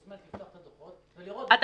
את מוזמנת לקחת את הדוחות ולראות --- אתה